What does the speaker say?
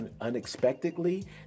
unexpectedly